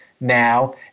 now